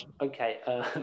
okay